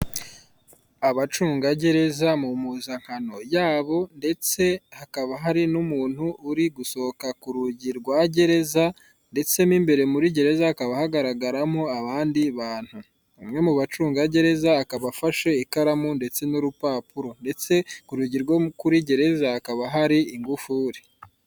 Abacungagereza mu mpuzankano yabo, ndetse hakaba hari n'umuntu uri gusohoka ku rugi rwa gereza, ndetse mo imbere muri gereza hakaba hagaragaramo abandi bantu. Umwe mu bacungagereza akaba afashe ikaramu ndetse n'urupapuro. Ndetse ku rugi rwo kuri gereza hakaba hari ingufuri.